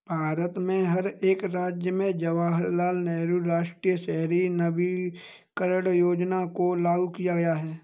भारत के हर एक राज्य में जवाहरलाल नेहरू राष्ट्रीय शहरी नवीकरण योजना को लागू किया गया है